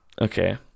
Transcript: Okay